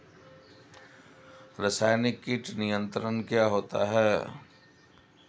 रसायनिक कीट नियंत्रण क्या होता है?